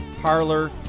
Parlor